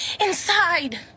Inside